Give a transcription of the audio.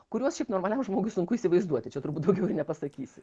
kuriuos šiaip normaliam žmogui sunku įsivaizduoti čia turbūt nepasakysi